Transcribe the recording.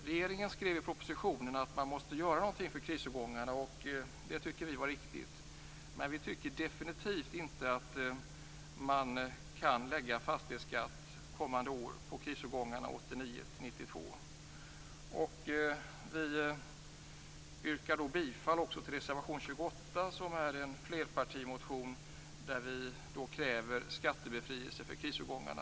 Regeringen skriver i propositionen att man måste göra någonting för krisårgångarna, och vi tycker att det är riktigt. Men vi tycker definitivt inte att man kan lägga fastighetsskatt kommande år på krisårgångarna Vi yrkar bifall till reservation 28, som är en flerpartireservation, där vi kräver skattebefrielse för krisårgångarna.